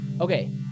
Okay